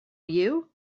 you